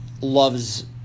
loves